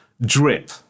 Drip